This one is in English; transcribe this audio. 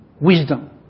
wisdom